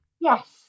Yes